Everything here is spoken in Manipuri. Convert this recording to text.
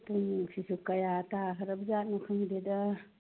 ꯄꯨꯡꯁꯤꯁꯨ ꯀꯌꯥ ꯇꯥꯈ꯭ꯔꯕ ꯖꯥꯠꯅꯣ ꯈꯪꯗꯦꯗ